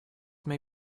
may